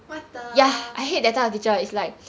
what the